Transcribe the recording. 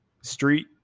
street